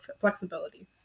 flexibility